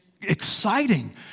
exciting